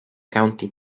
county